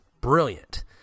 brilliant